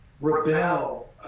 rebel